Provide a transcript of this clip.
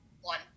one